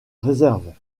réserve